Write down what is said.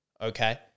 Okay